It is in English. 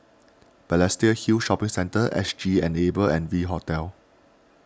Balestier Hill Shopping Centre S G Enable and V Hotel